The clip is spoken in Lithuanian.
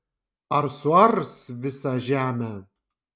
ar suars visą žemę